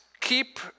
Keep